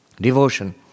Devotion